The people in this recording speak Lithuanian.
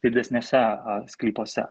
didesnėse sklypuose